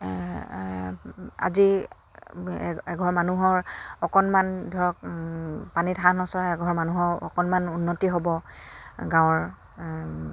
আজি এঘৰ মানুহৰ অকণমান ধৰক পানীত হাঁহ নচৰা এঘৰ মানুহৰ অকণমান উন্নতি হ'ব গাঁৱৰ